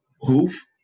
hoof